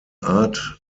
art